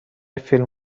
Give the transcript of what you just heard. فیلم